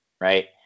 right